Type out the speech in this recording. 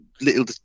little